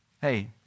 hey